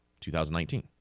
2019